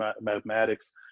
mathematics